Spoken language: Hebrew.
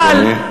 אדוני.